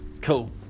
Cool